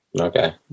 Okay